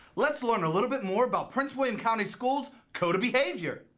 let's learn a little bit more about prince william county school's code of behavior.